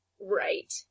Right